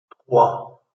trois